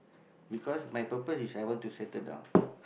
because my purpose is I want to settle down